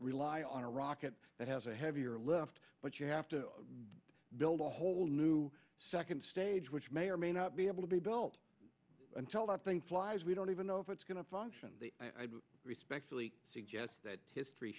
rely on a rocket that has a heavier left but you have to build a whole new second stage which may or may not be able to be built until the thing flies we don't even know if it's going to function i respectfully suggest that history